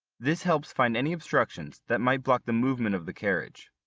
this helps find any obstructions that might block the movement of the carriage.